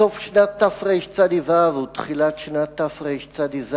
בסוף שנת תרצ"ו ותחילת שנת תרצ"ז,